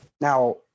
Now